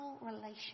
relationship